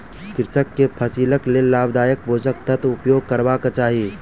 कृषक के फसिलक लेल लाभदायक पोषक तत्वक उपयोग करबाक चाही